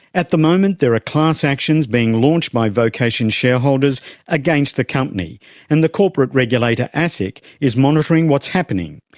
at the moment there are class actions being launched by vocation shareholders against the company and the corporate regulator asic is monitoring what's happening.